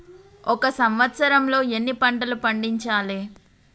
ఒక సంవత్సరంలో ఎన్ని పంటలు పండించాలే?